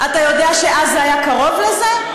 אתה יודע שאז זה היה קרוב לזה?